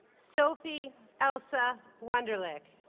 sophie elsa wunderlich